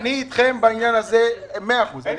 אני אתכם בעניין הזה במאה אחוז.